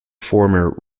former